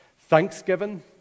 Thanksgiving